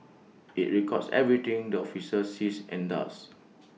IT records everything the officer sees and does